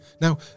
Now